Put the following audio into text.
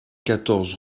quatorze